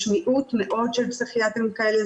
יש מיעוט של פסיכיאטרים כאלה.